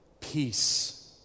Peace